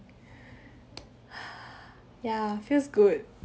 ya feels good